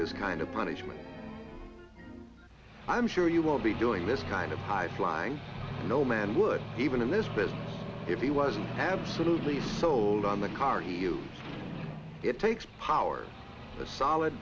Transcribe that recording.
this kind of punishment i'm sure you will be doing this kind of high flying no man would even in this place if he was absolutely sold on the car you it takes power a solid